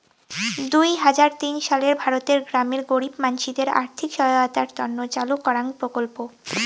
দুই হাজার তিন সালে ভারতের গ্রামের গরীব মানসিদের আর্থিক সহায়তার তন্ন চালু করাঙ প্রকল্প